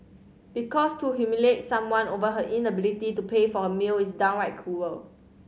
because to humiliate someone over her inability to pay for her meal is downright cruel